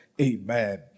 Amen